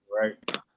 right